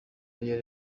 yari